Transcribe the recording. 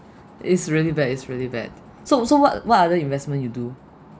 it's really bad it's really bad so so what what other investment you do